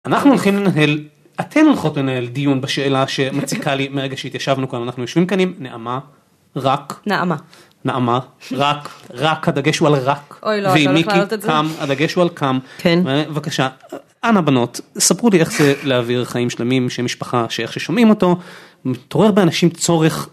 אנחנו הולכים לנהל, אתן הולכות לנהל דיון בשאלה שמציקה לי מרגע שהתיישבנו כאן, אנחנו יושבים כאן עם נעמה, רק, נעמה, נעמה, רק, רק, הדגש הוא על רק. אוי לא, אתה הולך להעלות את זה ועם מיקי קם. הדגש הוא על קם. כן. בבקשה, אנא בנות, ספרו לי איך זה להעביר חיים שלמים של משפחה, שאיך ששומעים אותו, מתעורר באנשים צורך.